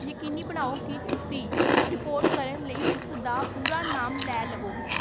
ਯਕੀਨੀ ਬਣਾਓ ਕਿ ਤੁਸੀਂ ਰਿਪੋਰਟ ਕਰਨ ਲਈ ਉਸ ਦਾ ਪੂਰਾ ਨਾਮ ਲੈ ਲਵੋ